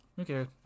Okay